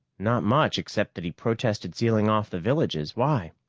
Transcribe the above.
not much, except that he protested sealing off the villages. why?